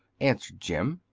answered jim.